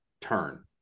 turn